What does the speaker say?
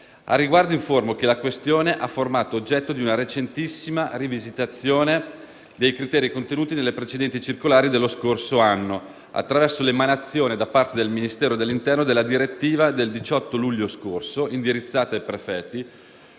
Al riguardo, informo che la questione ha formato oggetto di una recentissima rivisitazione dei criteri contenuti nelle precedenti circolari dello scorso anno, attraverso l'emanazione da parte del Ministero dell'interno della direttiva del 18 luglio scorso, indirizzata ai prefetti,